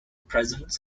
presents